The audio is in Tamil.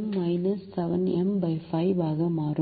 M 7M 5 ஆக மாறும்